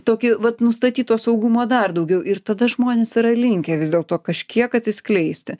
tokį vat nustatyt to saugumo dar daugiau ir tada žmonės yra linkę vis dėlto kažkiek atsiskleisti